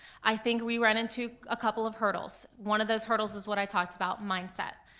i think we ran into a couple of hurdles. one of those hurdles is what i talked about, mindset.